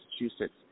Massachusetts